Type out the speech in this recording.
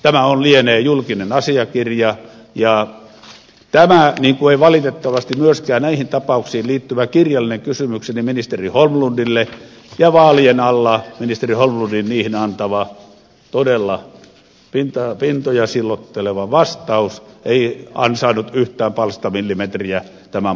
tämä lienee julkinen asiakirja ja tämä ei niin kuin ei valitettavasti myöskään näihin tapauksiin liittyvä kirjallinen kysymykseni ministeri holmlundille ja vaalien alla ministeri holmlundin niihin antama todella pintoja silotteleva vastaus ansainnut yhtään palstamillimetriä tämän maan mediassa